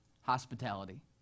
hospitality